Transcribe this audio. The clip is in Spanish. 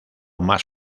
más